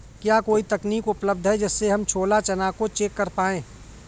क्या कोई तकनीक उपलब्ध है जिससे हम छोला चना को चेक कर पाए?